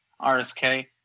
RSK